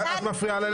את מפריעה לה לדבר.